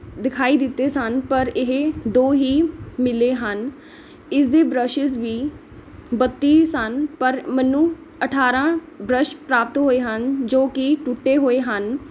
ਦਿਖਾਈ ਦਿੱਤੇ ਸਨ ਪਰ ਇਹ ਦੋ ਹੀ ਮਿਲੇ ਹਨ ਇਸਦੇ ਬ੍ਰੱਸ਼ਿਜ਼ ਵੀ ਬੱਤੀ ਸਨ ਪਰ ਮੈਨੂੰ ਅਠਾਰਾਂ ਬਰੱਸ਼ ਪ੍ਰਾਪਤ ਹੋਏ ਹਨ ਜੋ ਕਿ ਟੁੱਟੇ ਹੋਏ ਹਨ